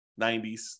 90s